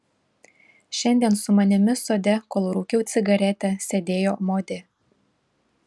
šiandien su manimi sode kol rūkiau cigaretę sėdėjo modė